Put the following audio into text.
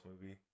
movie